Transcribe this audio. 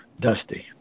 Dusty